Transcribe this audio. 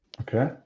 Okay